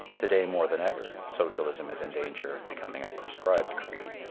to-day more than ever socialism is in danger of becoming a proscribed creed,